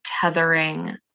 tethering